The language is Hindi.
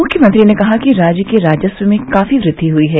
मुख्यमंत्री ने कहा कि राज्य के राजस्व में काफी वृद्वि हुई है